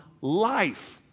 life